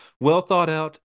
well-thought-out